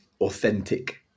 authentic